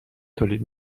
تولید